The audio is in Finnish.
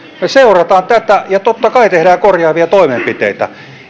me seuraamme tätä ja totta kai teemme korjaavia toimenpiteitä